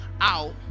out